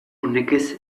nekez